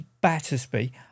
Battersby